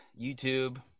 YouTube